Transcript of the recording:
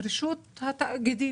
רשות התאגידים,